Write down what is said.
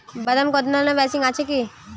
বাদাম কদলানো মেশিন আছেকি?